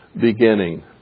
beginning